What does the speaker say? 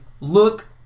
Look